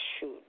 shoot